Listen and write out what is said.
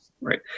Right